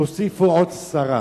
תוסיפו עוד סרה.